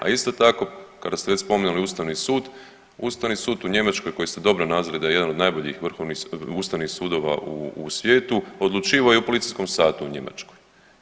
A isto tako kada ste već spominjali Ustavni sud, Ustavni sud u Njemačkoj koji se dobro nazire da je jedan od najboljih ustavnih sudova u svijetu odlučivao i o policijskom satu u Njemačkoj.